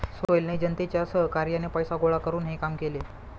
सोहेलने जनतेच्या सहकार्याने पैसे गोळा करून हे काम केले